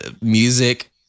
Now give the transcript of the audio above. music